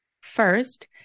First